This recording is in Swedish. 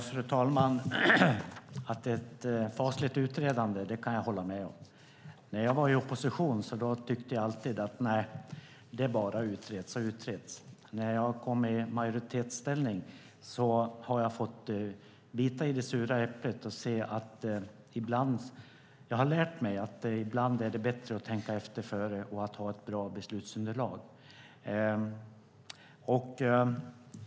Fru talman! Att det är ett fasligt utredande kan jag hålla med om. När jag var i opposition tyckte jag alltid att det bara utreddes och utreddes. Men sedan jag kom i majoritetsställning har jag fått bita i det sura äpplet och lärt mig att det ibland är bättre att tänka efter före och ha ett beslutsunderlag.